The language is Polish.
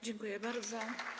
Dziękuję bardzo.